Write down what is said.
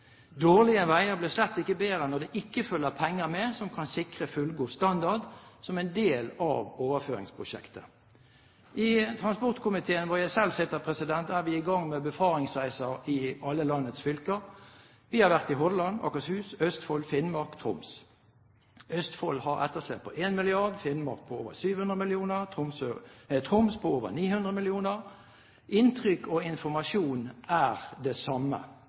når det ikke følger penger med, som kan sikre fullgod standard som en del av overføringsprosjektet. I transportkomiteen, hvor jeg selv sitter, er vi i gang med befaringsreiser i alle landets fylker. Vi har vært i Hordaland, Akershus, Østfold, Finnmark og Troms. Østfold har et etterslep på 1 mrd. kr, Finnmark på over 700 mill. kr og Troms på over 900 mill. kr. Inntrykk og informasjon er det samme: